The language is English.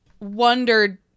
wondered